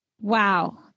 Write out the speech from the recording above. Wow